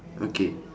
okay